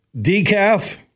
Decaf